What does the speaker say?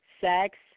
sex